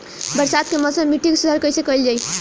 बरसात के मौसम में मिट्टी के सुधार कइसे कइल जाई?